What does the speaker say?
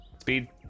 speed